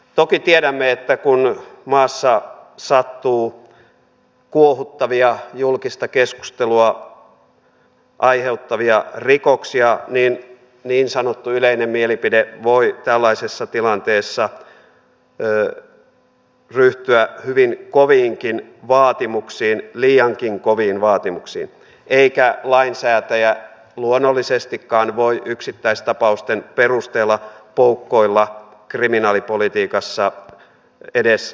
toki tiedämme että kun maassa sattuu kuohuttavia julkista keskustelua aiheuttavia rikoksia voi niin sanottu yleinen mielipide tällaisessa tilanteessa ryhtyä hyvin koviinkin vaatimuksiin liiankin koviin vaatimuksiin eikä lainsäätäjä luonnollisestikaan voi yksittäistapausten perusteella poukkoilla kriminaalipolitiikassa edestakaisin